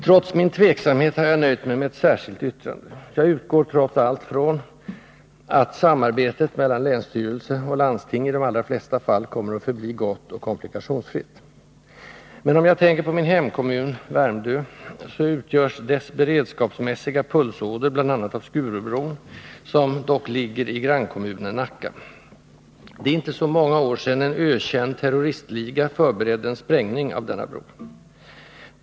Trots min tveksamhet har jag nöjt mig med ett särskilt yttrande. Jag utgår trots allt från att samarbetet mellan länsstyrelse och landsting i de allra flesta fall kommer att förbli gott och komplikationsfritt. Men jag tänker på min hemkommun, Värmdö, vars beredskapsmässiga pulsåder bl.a. utgörs av Skurubron, som dock ligger i grannkommunen Nacka. Det är inte så många år sedan en ökänd terroristliga förberedde en sprängning av denna bro.